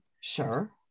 Sure